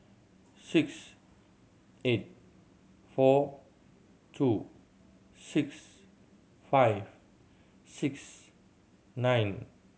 six eight four two six five six nine